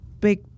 big